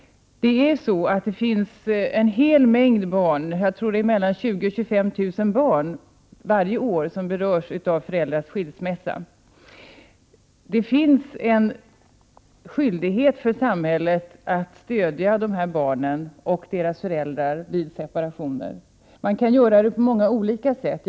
20 000-25 000 barn berörs varje år av föräldrars skilsmässor. Det finns en skyldighet för samhället att stödja dessa barn och deras föräldrar vid separationer. Det kan göras på många olika sätt.